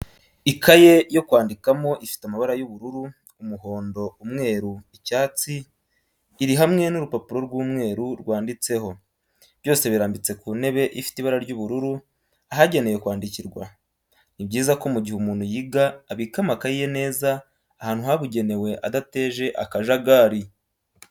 Ikaye yo kwandikano ifite amabara y'ubururu, umuhondo, umweru icyatsi iri hamwe n'urupapuro rw'umweru rwanditseho, byose birambitse ku ntebe ifite ibara ry'ubururu ahagenewe kwandikirwa. ni byiza ko mu gihe umuntu yiga abika amakayi ye neza ahantu habugenewe adateje akajagari.